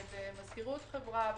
במזכירות חברה.